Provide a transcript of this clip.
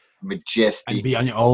majestic